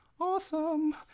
awesome